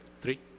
Three